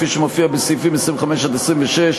כפי שמופיע בסעיפים 25 26,